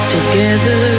Together